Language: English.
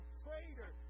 traitor